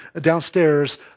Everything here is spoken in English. downstairs